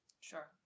Sure